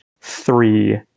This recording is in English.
three